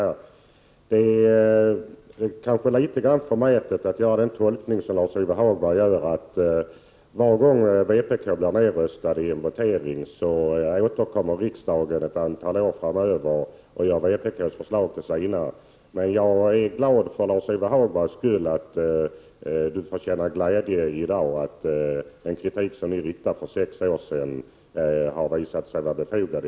Det är kanske litet förmätet av Lars-Ove Hagberg att tolka skeendet som han gör när han säger att varje gång vpk blir nedröstat i en votering återkommer förslagen ett antal år senare som riksdagens. Men jag är för Lars-Ove Hagbergs skull glad över att den kritik som vpk för sex år sedan riktade mot ungdomslagen i dag har visat sig vara befogad.